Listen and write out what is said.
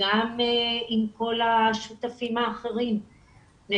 וגם עם כל השותפים האחרים,